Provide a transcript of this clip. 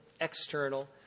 external